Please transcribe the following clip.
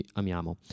amiamo